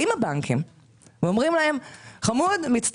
באים הבנקים ואומרים להם מצטערים,